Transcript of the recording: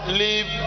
leave